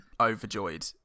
overjoyed